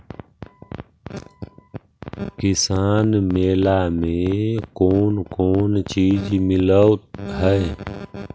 किसान मेला मे कोन कोन चिज मिलै है?